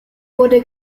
wurde